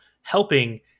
helping